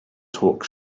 talk